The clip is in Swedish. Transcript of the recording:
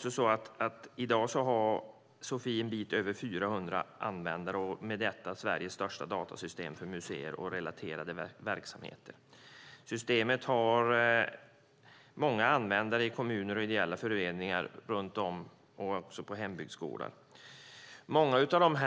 Sofie har i dag en bit över 400 användare och är därmed Sveriges största datasystem för museer och relaterade verksamheter. Systemet har många användare i kommuner och ideella föreningar och på hembygdsgårdar. Många av